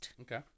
Okay